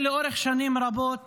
לאורך שנים רבות